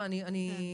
אבל אני חושבת